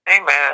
Amen